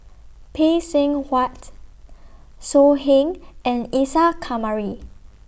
Phay Seng Whatt So Heng and Isa Kamari